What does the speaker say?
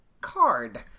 card